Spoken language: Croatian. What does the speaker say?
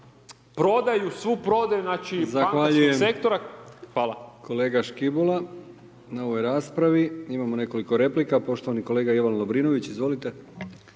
prodaju, svu prodaju znači bankarskog sektora. Hvala.